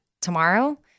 Tomorrow